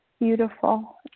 beautiful